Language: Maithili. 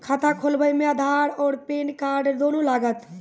खाता खोलबे मे आधार और पेन कार्ड दोनों लागत?